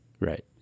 Right